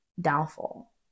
downfall